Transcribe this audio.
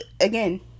again